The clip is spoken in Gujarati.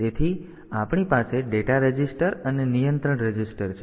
તેથી આપણી પાસે ડેટા રજિસ્ટર અને નિયંત્રણ રજિસ્ટર છે